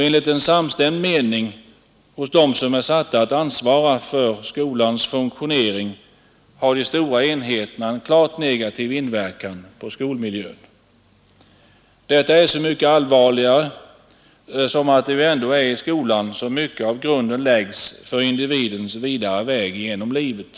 Enligt en samstämd mening hos dem som är satta att ansvara för skolans funktionerande har de stora enheterna en klart negativ inverkan på skolmiljön. Det är så mycket allvarligare som det ju ändå är i skolan som mycket av grunden läggs för individens vidare väg genom livet.